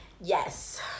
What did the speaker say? Yes